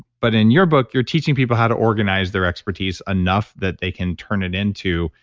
but in your book, you're teaching people how to organize their expertise enough that they can turn it into,